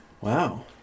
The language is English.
Wow